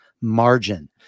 margin